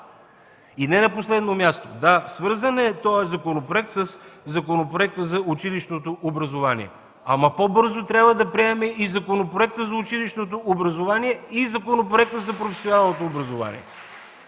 И не на последно място: да, този законопроект е свързан със Законопроекта за училищното образование, ама по-бързо трябва да приемем и Законопроекта за училищното образование, и Законопроекта за професионалното образование!